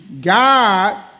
God